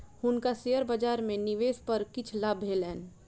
हुनका शेयर बजार में निवेश पर किछ लाभ भेलैन